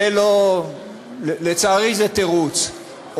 לצערי זה תירוץ.